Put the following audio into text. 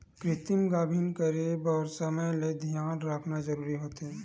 कृतिम गाभिन करे बर समे ल धियान राखना जरूरी होथे